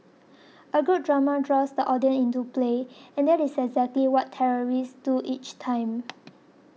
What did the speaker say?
a good drama draws the audience into play and that is exactly what terrorists do each time